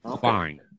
fine